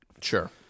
Sure